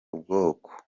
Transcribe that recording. ubwoko